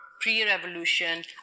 pre-revolution